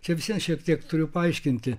čia vis vien šiek tiek turiu paaiškinti